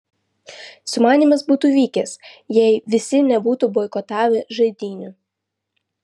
sumanymas būtų vykęs jei visi nebūtų boikotavę žaidynių